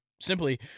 simply